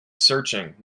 searching